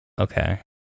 Okay